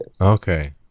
okay